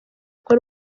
uko